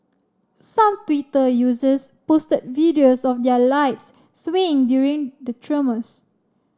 some Twitter users posted videos of their lights swaying during the tremors